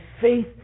faith